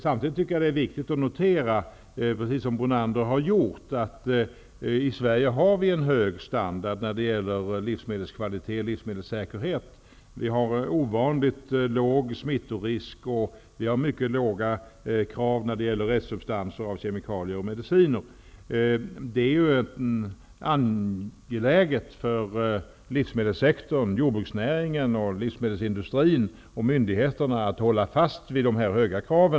Samtidigt är det viktigt att notera, precis som Lennart Brunander har gjort, att vi har en hög standard när det gäller livsmedelskvalitet och livsmedelssäkerhet i Sverige. Vi har ovanligt låg smittorisk, och vi har krav på mycket låga halter av restsubstanser av kemikalier och mediciner. Det är angeläget för livsmedelssektorn, jordbruksnäringen, livsmedelsindustrin och myndigheterna att hålla fast vid dessa höga krav.